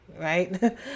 right